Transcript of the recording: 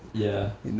ya